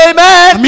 Amen